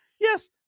Yes